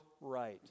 right